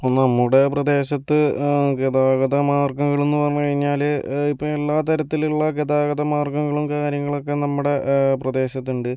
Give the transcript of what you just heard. നമ്മുടെ പ്രദേശത്ത് ഗതാഗതമാർഗങ്ങൾ എന്ന് പറഞ്ഞു കഴിഞ്ഞാൽ ഇപ്പോൾ എല്ലാ തരത്തിലുള്ള ഗതാഗത മാർഗ്ഗങ്ങളും കാര്യങ്ങളും ഒക്കെ നമ്മുടെ പ്രദേശത്ത് ഉണ്ട്